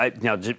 Now